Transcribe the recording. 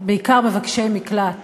בעיקר מבקשי מקלט